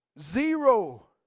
zero